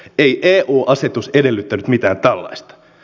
ei eu asetus edellyttänyt mitään tällaista